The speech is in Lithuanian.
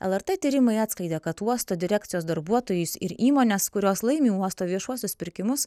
lrt tyrimai atskleidė kad uosto direkcijos darbuotojus ir įmones kurios laimi uosto viešuosius pirkimus